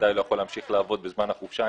ודאי לא יכול להמשיך לעבוד בזמן החופשה,